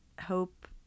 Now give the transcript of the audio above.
hope